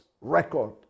record